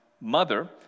mother